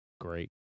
great